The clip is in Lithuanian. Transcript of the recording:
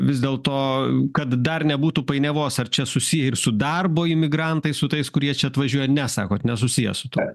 vis dėlto kad dar nebūtų painiavos ar čia susiję ir su darbo imigrantai su tais kurie čia atvažiuoja ne sakot nesusiję su tuo